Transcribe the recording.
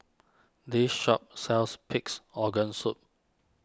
this shop sells Pig's Organ Soup